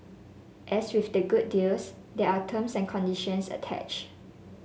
as with the good deals there are terms and conditions attached